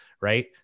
right